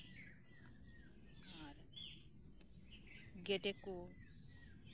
ᱜᱮᱰᱮ ᱠᱚ